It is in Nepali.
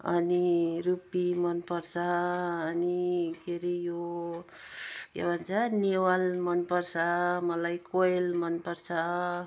अनि रुप्पी मनपर्छ अनि के अरे यो के भन्छ न्याउल मनपर्छ मलाई कोयल मनपर्छ